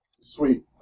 Sweet